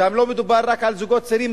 שם לא מדובר רק על זוגות צעירים,